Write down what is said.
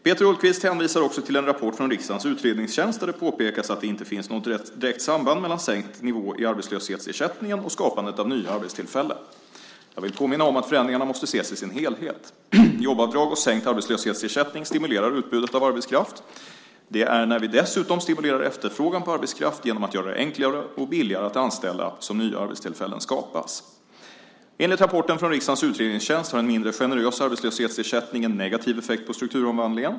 Peter Hultqvist hänvisar också till en rapport från riksdagens utredningstjänst där det påpekas att det inte finns något direkt samband mellan sänkt nivå i arbetslöshetsersättningen och skapandet av nya arbetstillfällen. Jag vill påminna om att förändringarna måste ses i sin helhet. Jobbavdrag och sänkt arbetslöshetsersättning stimulerar utbudet av arbetskraft. Det är när vi dessutom stimulerar efterfrågan på arbetskraft genom att göra det enklare och billigare att anställa som nya arbetstillfällen skapas. Enligt rapporten från riksdagens utredningstjänst har en mindre generös arbetslöshetsersättning en negativ effekt på strukturomvandlingen.